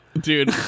Dude